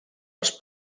les